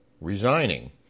resigning